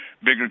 bigger